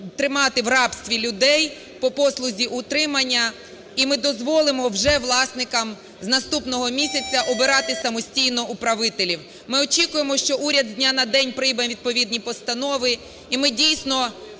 тримати в рабстві людей по послузі утримання і ми дозволимо вже власникам з наступного місяця обирати самостійно управителів. Ми очікуємо, що уряд з дня на день прийме відповідні постанови і ми, дійсно,